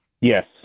Yes